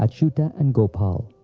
ah achyuta and gopal.